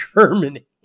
Germany